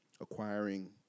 acquiring